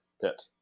pit